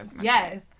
yes